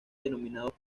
denominado